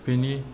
बिनि